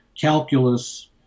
calculus